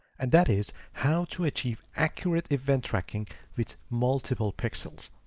and that is how to achieve accurate event tracking with multiple pixels.